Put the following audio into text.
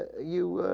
you